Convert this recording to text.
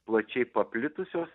plačiai paplitusios